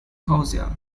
causa